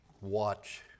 watch